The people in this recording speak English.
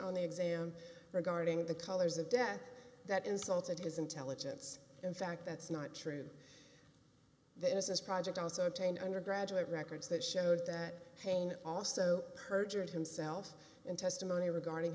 on the exam regarding the colors of death that insulted his intelligence in fact that's not true the innocence project also obtained undergraduate records that showed that paine also perjured himself in testimony regarding